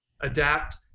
adapt